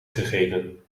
gegeven